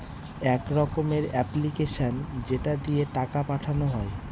এক রকমের এপ্লিকেশান যেটা দিয়ে টাকা পাঠানো হয়